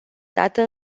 dată